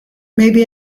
maybe